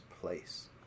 place